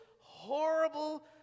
horrible